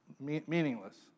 Meaningless